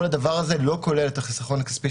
כל הדבר הזה לא כולל את החיסכון הכספי